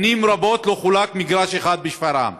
שנים רבות לא חולק מגרש אחד בשפרעם.